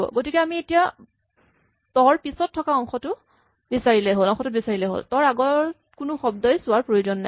গতিকে আমি এতিয়া ত ৰ পিছত থকা অংশটোত বিচাৰিলেই হ'ল ত ৰ আগৰ কোনো শব্দই চোৱাৰ প্ৰয়োজন নাই